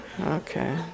okay